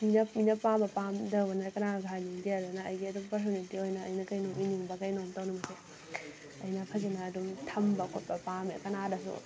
ꯃꯤꯅ ꯃꯤꯅ ꯄꯥꯝꯕ ꯄꯥꯝꯗꯕꯅ ꯀꯅꯥꯅꯁꯨ ꯍꯥꯏꯅꯤꯡꯗꯦ ꯑꯗꯨꯅ ꯑꯩꯗꯤ ꯑꯗꯨꯝ ꯄꯔꯁꯣꯅꯦꯜꯒꯤ ꯑꯣꯏꯅ ꯑꯩꯅ ꯀꯩꯅꯣꯝ ꯏꯅꯤꯡꯕ ꯀꯩꯅꯣꯝ ꯇꯧꯅꯤꯡꯕ ꯑꯩꯅ ꯐꯖꯅ ꯑꯗꯨꯝ ꯊꯝꯕ ꯈꯣꯠꯄ ꯄꯥꯝꯃꯦ ꯀꯅꯥꯗꯁꯨ